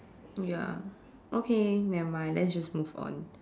ya okay nevermind let's just move on